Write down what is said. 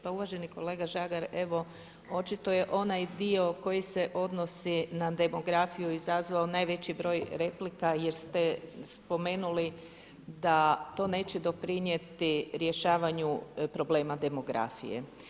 Pa uvaženi kolega Žagar, evo očito je onaj dio koji se odnosi na demografiju izazvao najveći broj replika jer ste spomenuli da to neće doprinijeti rješavanju problema demografije.